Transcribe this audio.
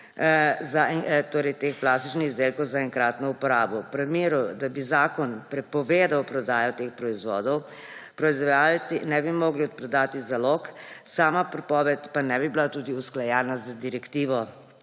teh plastičnih izdelkov za enkratno uporabo. V primeru, da bi zakon prepovedal prodajo teh proizvodov, proizvajalci ne bi mogli odprodati zalog, sama prepoved pa ne bi bila tudi usklajena z direktivo